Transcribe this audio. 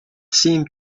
seemed